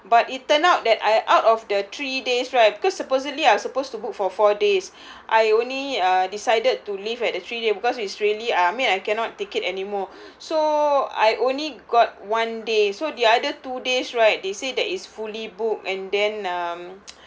but it turned out that I out of the three days right because supposedly I was supposed to book for four days I only uh decided to leave at the three day because it's really I mean I cannot take it anymore so I only got one day so the other two days right they say that is fully booked and then um